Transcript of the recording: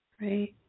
right